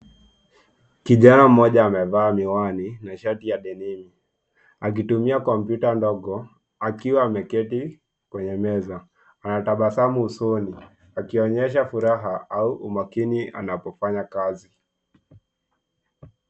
Kijana mmoja amevaa miwani na shati ya denim akitumia kompyuta ndogo akiwa ameketi kwenye meza. Anatabasamu usoni akionyesha furaha au umakini anapofanya kazi.